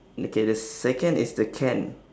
okay the second is the can